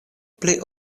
pli